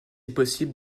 possible